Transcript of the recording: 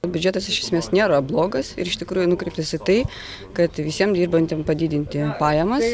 biudžetas iš esmės nėra blogas ir iš tikrųjų nukreiptas į tai kad visiem dirbantiem padidinti pajamas